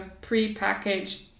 pre-packaged